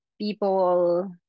people